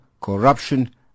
corruption